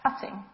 cutting